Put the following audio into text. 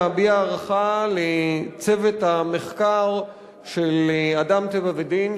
להביע הערכה לצוות המחקר של "אדם טבע ודין",